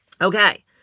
Okay